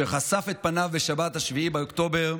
שחשף את פניו בשבת, 7 באוקטובר,